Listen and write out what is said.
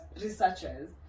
researchers